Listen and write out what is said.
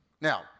Now